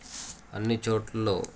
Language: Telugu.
అన్నీ చోట్లుల్లో